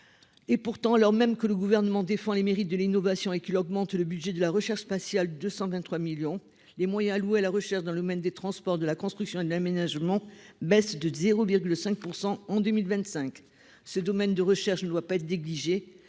Pourtant, alors même que le Gouvernement défend les mérites de l'innovation et qu'il augmente le budget de la recherche spatiale de 223 millions d'euros, les moyens alloués à la recherche dans le domaine des transports, de la construction et de l'aménagement baissent de 0,5 % en 2023. La construction et les transports